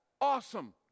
awesome